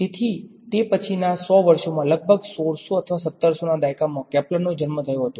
તેથી તે પછીના 100 વર્ષોમાં લગભગ 1600 અથવા 1700 ના દાયકામાં કેલ્ક્યુલસનો જન્મ થયો હતો